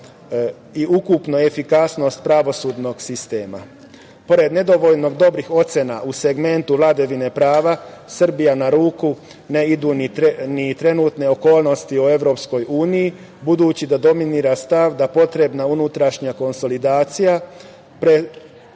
i ukupnu efikasnost pravosudnog sistema. Pored nedovoljno dobrih ocena u segmentu vladavine prava, Srbiji na ruku ne idu ni trenutne okolnosti u EU, budući da dominira stav da potrebna unutrašnja konsolidacija što,